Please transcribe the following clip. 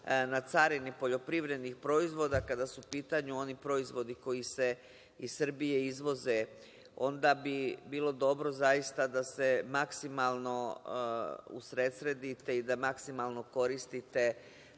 na carini poljoprivrednih proizvoda, kada su pitanju oni proizvodi koji se iz Srbije izvoze onda bi bilo dobro zaista da se maksimalno usresredite i da maksimalno koristite